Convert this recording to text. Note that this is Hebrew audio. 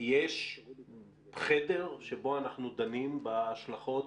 יש חדר שבו אנחנו דנים בהשלכות